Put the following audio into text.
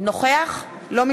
אינו